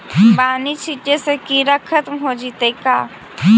बानि छिटे से किड़ा खत्म हो जितै का?